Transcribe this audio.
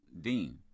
Dean